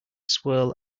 swirl